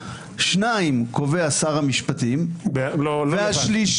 שניים קובע שר המשפטים והשלישי,